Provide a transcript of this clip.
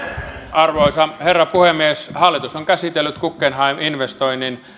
arvoisa herra puhemies hallitus on käsitellyt guggenheim investoinnin